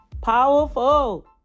Powerful